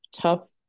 tough